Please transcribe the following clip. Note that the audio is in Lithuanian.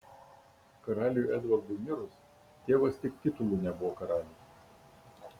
karaliui edvardui mirus tėvas tik titulu nebuvo karalius